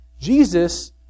Jesus